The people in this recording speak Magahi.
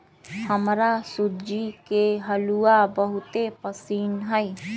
हमरा सूज्ज़ी के हलूआ बहुते पसिन्न हइ